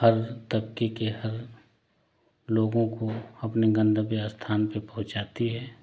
हर तब के के हर लोगों को अपने गंतव्य स्थान पे पहुँचाती है